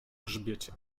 grzbiecie